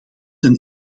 een